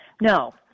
No